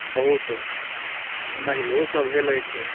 बहुत महिलो सब हेलै छै